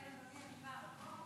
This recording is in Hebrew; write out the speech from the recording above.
כן, אדוני, אני באה.